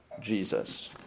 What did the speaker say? Jesus